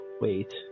wait